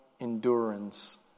endurance